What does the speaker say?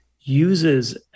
uses